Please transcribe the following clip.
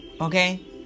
okay